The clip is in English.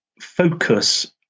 focus